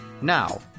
now